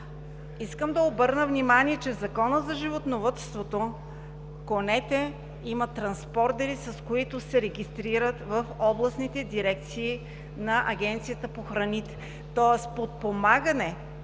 Искам да обърна внимание, че в Закона за животновъдството конете имат транспордери, с които се регистрират в областните дирекции на Агенцията по храните, тоест подпомагане